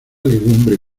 legumbre